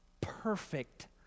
perfect